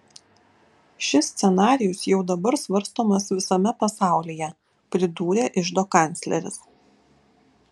šis scenarijus jau dabar svarstomas visame pasaulyje pridūrė iždo kancleris